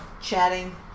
chatting